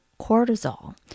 cortisol